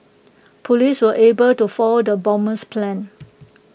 Police were able to foil the bomber's plans